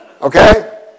Okay